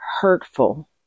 hurtful